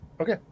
Okay